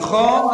נכון,